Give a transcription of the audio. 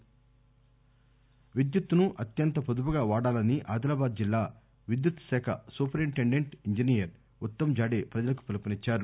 విద్యుత్తు వొదుపు విద్యుత్తును అత్యంత పొదుపు గా వాడాలని ఆదిలాబాద్ జిల్లా విద్యుత్తు సూరింటెండెంట్ ఇంజినీర్ ఉత్తమ్ జాడే ప్రజలకు పిలుపునిచ్చారు